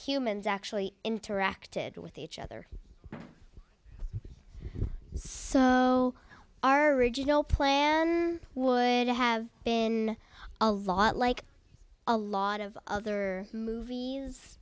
and actually interacted with each other so our regional player would have been a lot like a lot of other movies